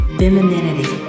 femininity